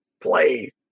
play